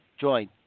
join